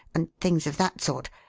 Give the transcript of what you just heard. and things of that sort.